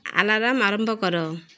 alarm ଆରମ୍ଭ କର